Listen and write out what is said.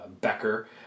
Becker